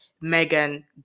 Megan